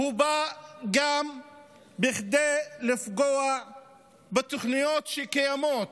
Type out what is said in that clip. הוא בא גם כדי לפגוע בתוכניות שקיימות,